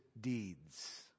deeds